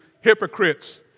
hypocrites